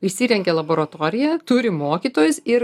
įsirengė laboratoriją turi mokytojus ir